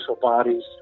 bodies